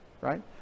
Right